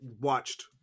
watched